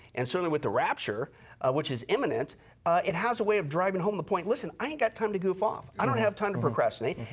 and certainly with the rapture which is imminent it has a way of driving home the point, listen i ain't got time to goof off. i don't have time to procrastinate. and